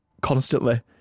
constantly